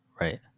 Right